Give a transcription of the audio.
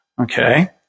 Okay